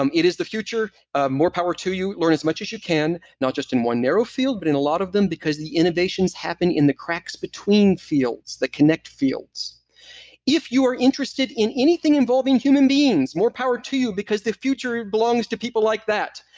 um it is the future ah more power to you, learn as much as you can, not just in one narrow field, but in a lot of them, because the innovations happen in the cracks between fields that connect fields if you are interested in anything involving human beings, more power to you because the future belongs to people like that.